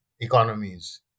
economies